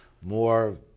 more